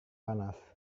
panas